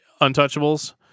Untouchables